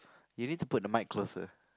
you need to put the mic closer